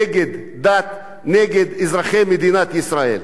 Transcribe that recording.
נגד דת, נגד אזרחי מדינת ישראל.